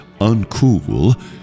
uncool